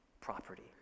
property